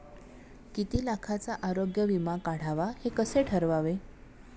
किती लाखाचा आरोग्य विमा काढावा हे कसे ठरवावे?